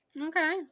Okay